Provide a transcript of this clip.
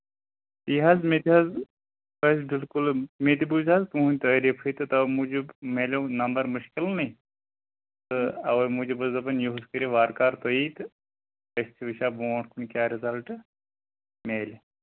تی حظ مےٚ تہِ حظ ٲسۍ بِلکُلہٕ مےٚ تہِ بوٗزۍ حظ تُہٕنٛدۍ تعٲریٖفٕے تہٕ تَوَے موٗجوٗب مِلیو نَمبر مُشکِلنٕے تہٕ اَوَے موٗجوٗب ٲس دَپان یِہُس کٔرِو وارٕ کارٕ تُہی تہٕ أسۍ چھِ وٕچھان برٛونٹھ کُن کیٛاہ رِزَلٹ میلہِ